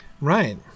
Right